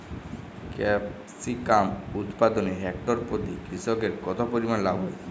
Capsicum উৎপাদনে hectare প্রতি কৃষকের কত পরিমান লাভ হয়?